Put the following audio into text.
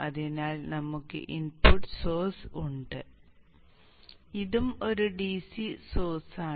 അതിനാൽ നമുക്ക് input source ഉണ്ട് ഇതും ഒരു DC സോഴ്സാണ്